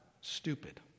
stupid